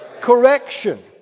correction